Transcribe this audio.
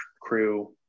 crew